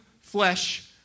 flesh